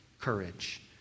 courage